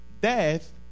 death